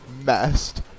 messed